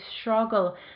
struggle